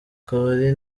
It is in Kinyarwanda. akabari